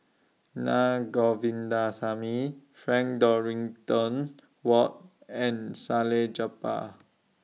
Naa Govindasamy Frank Dorrington Ward and Salleh Japar